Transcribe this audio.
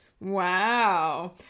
Wow